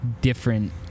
Different